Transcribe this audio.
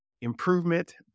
improvement